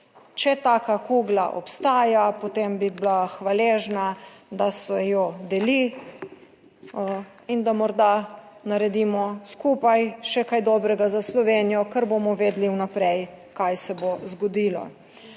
Če taka kugla obstaja, potem bi bila hvaležna, da se jo deli in da morda naredimo skupaj še kaj dobrega za Slovenijo, ker bomo vedeli vnaprej, kaj se bo zgodilo.